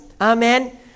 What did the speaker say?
Amen